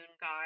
god